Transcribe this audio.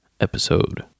episode